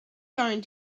going